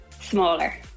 Smaller